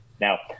now